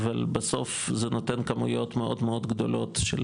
אבל בסוף זה נותן כמויות מאוד מאוד גדולות של